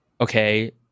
okay